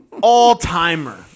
All-timer